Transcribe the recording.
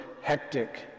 hectic